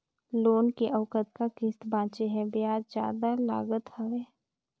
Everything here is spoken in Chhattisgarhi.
लोन के अउ कतका किस्त बांचें हे? ब्याज जादा लागत हवय,